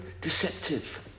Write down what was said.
deceptive